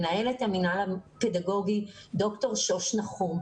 מנהלת המנהל הפדגוגי ד"ר שוש נחום.